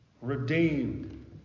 Redeemed